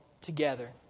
together